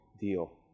deal